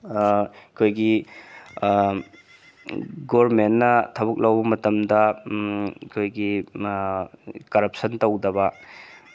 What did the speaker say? ꯑꯩꯈꯣꯏꯒꯤ ꯒꯣꯚꯔꯟꯃꯦꯟꯠꯅ ꯊꯕꯛ ꯂꯧꯕ ꯃꯇꯝꯗ ꯑꯩꯈꯣꯏꯒꯤ ꯀꯔꯞꯁꯟ ꯇꯧꯗꯕ